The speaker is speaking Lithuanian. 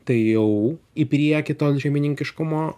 tai jau į priekį ton šeimininkiškumo